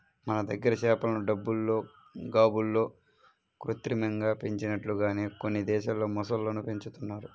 మన దగ్గర చేపలను టబ్బుల్లో, గాబుల్లో కృత్రిమంగా పెంచినట్లుగానే కొన్ని దేశాల్లో మొసళ్ళను పెంచుతున్నారు